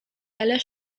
elę